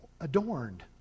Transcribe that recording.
adorned